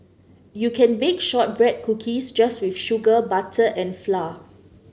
you can bake shortbread cookies just with sugar butter and flour